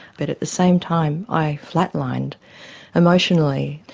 but at the same time i flat-lined emotionally.